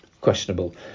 questionable